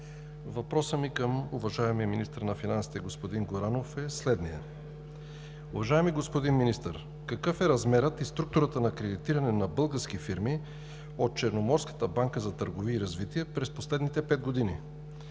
Въпросът ми към уважаемия министър на финансите господин Горанов е следният: уважаеми господин Министър, какъв е размерът и структурата на кредитиране на български фирми от Черноморската банка за търговия и развитие през последните пет години;